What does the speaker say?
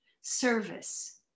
service